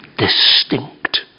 Distinct